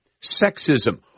sexism